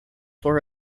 for